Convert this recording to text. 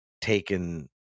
taken